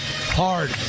hard